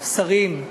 שרים,